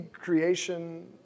creation